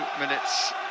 minutes